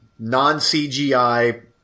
non-CGI